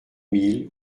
mille